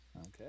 Okay